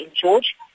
George